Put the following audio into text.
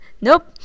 nope